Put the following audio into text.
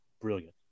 brilliant